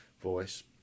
voice